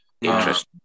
Interesting